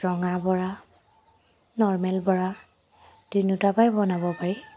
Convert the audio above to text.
ৰঙা বৰা নৰ্মেল বৰা তিনিওটাৰ পৰাই বনাব পাৰি